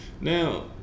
Now